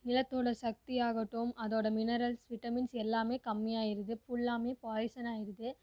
நிலத்தோட சக்தி ஆகட்டும் அதோட மினரல்ஸ் விட்டமின்ஸ் எல்லாமே கம்மியாயி விடுது ஃபுல்லாவுமே பாய்சன் ஆயிடுது